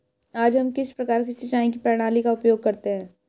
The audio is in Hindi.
आज हम किस प्रकार की सिंचाई प्रणाली का उपयोग करते हैं?